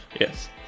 Yes